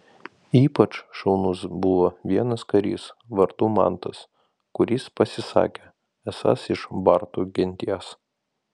ypač šaunus buvo vienas karys vardu mantas kuris pasisakė esąs iš bartų genties